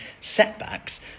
setbacks